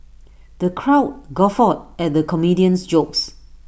the crowd guffawed at the comedian's jokes